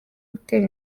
gutera